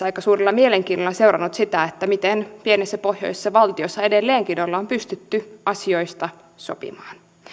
aika suurella mielenkiinnolla seurannut sitä miten pienessä pohjoisessa valtiossa edelleenkin ollaan pystytty asioista sopimaan